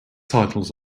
titles